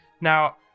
now